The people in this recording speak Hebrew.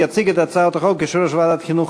יציג את הצעת החוק יושב-ראש ועדת חינוך,